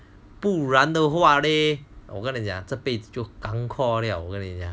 不然的话嘞我跟你讲这辈子就 gangkor liao